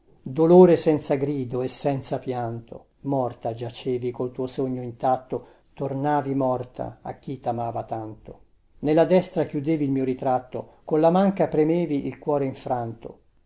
dolore senza grido e senza pianto morta giacevi col tuo sogno intatto tornavi morta a chi tamava tanto nella destra chiudevi il mio ritratto con la manca premevi il cuore infranto